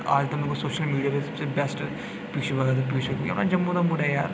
आल time social media पर सबसे best Piyush Bhagat Piyush अपने जम्मू दा मुड़ा ऐ यार